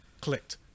clicked